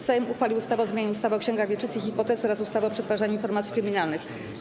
Sejm uchwalił ustawę o zmianie ustawy o księgach wieczystych i hipotece oraz ustawy o przetwarzaniu informacji kryminalnych.